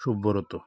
Subrata